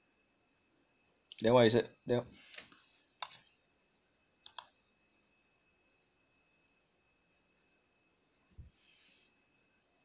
then why he said